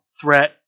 threat